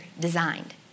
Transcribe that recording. designed